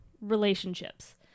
relationships